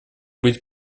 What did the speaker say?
быть